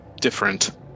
different